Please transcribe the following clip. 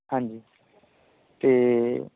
ਹਾਂਜੀ ਅਤੇ